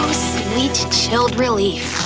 sweet, chilled relief!